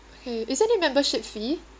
okay is there any membership fee